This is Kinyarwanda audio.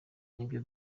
nibyo